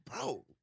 Bro